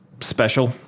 special